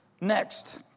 Next